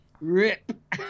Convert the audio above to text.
Rip